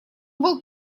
был